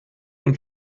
und